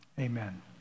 Amen